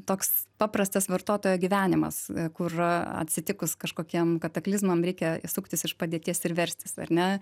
toks paprastas vartotojo gyvenimas kur atsitikus kažkokiems kataklizmams reikia suktis iš padėties ir verstis ar ne